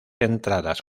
entradas